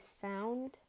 sound